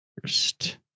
first